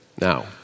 Now